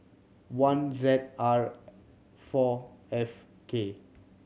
one Z R four F K